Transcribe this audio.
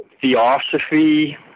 theosophy